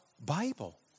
Bible